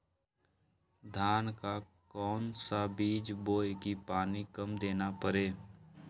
धान का कौन सा बीज बोय की पानी कम देना परे?